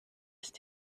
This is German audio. ist